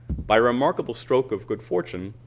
by remarkable stroke of good fortune